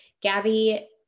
Gabby